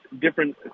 different